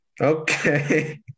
Okay